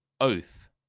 Oath